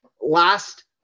last